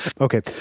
Okay